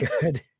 good